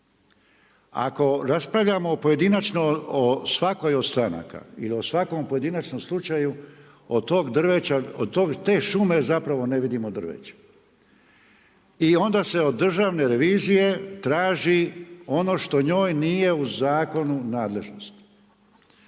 Ako raspravljamo pojedinačno o svakoj od stranaka ili o svakom pojedinačnom slučaju od tog drveća, od te šume zapravo ne vidimo drveće. I onda se od Državne revizije traži ono što njoj nije u zakonu nadležnost.